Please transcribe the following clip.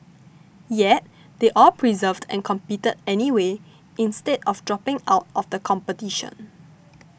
yet they all persevered and competed anyway instead of dropping out of the competition